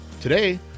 Today